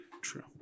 True